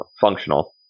functional